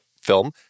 film